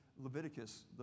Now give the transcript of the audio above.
Leviticus